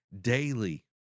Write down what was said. daily